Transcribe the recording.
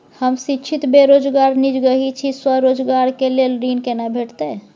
हम शिक्षित बेरोजगार निजगही छी, स्वरोजगार के लेल ऋण केना भेटतै?